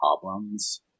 problems